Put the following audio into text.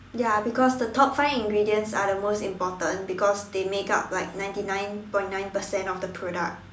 ya because the top five ingredients are the most important because they make up like ninety nine point nine percent of the product